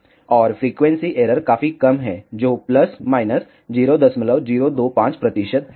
और frequency error काफी कम है जो प्लस माइनस 0025 प्रतिशत है